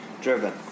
driven